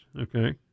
okay